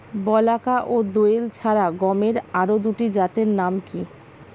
বলাকা ও দোয়েল ছাড়া গমের আরো দুটি জাতের নাম কি?